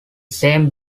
same